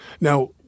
Now